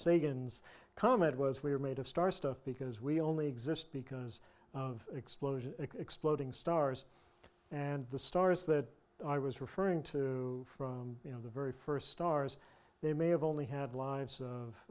sagan's comment was we are made of star stuff because we only exist because of explosion exploding stars and the stars that i was referring to from you know the very first stars they may have only had lives